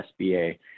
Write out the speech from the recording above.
SBA